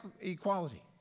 equality